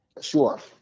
sure